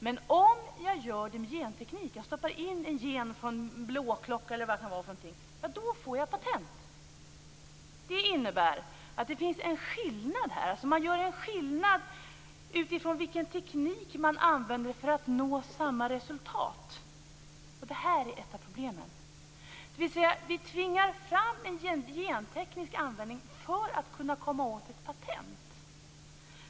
Men om jag gör det med genteknik, stoppar in en gen från t.ex. en blåklocka, då får jag patent. Det innebär att man gör en skillnad utifrån vilken teknik som använts för att nå samma resultat. Det här är ett av problemen. Vi tvingar fram en genteknikanvändning för att komma åt ett patent.